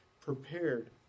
prepared